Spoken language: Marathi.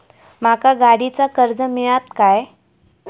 माका गाडीचा कर्ज मिळात काय?